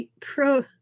pro